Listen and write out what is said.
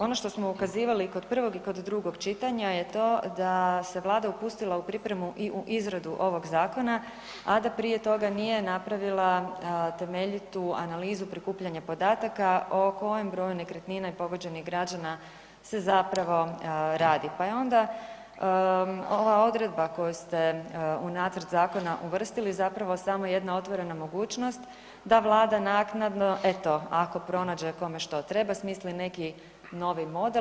Ono što smo ukazivali kod prvog i kod drugog čitanje je to da se Vlada upustila u pripremu i u izradu ovog zakona, a da prije toga nije napravila temeljitu analizu prikupljanja podataka o kojem broju nekretnina i pogođenih građana se zapravo radi pa je onda ova odredba koju ste u nacrt zakona uvrstili, zapravo samo jedna otvorena mogućnost da Vlada naknadno, eto, ako pronađe kome što treba, smisli neki novi model.